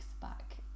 back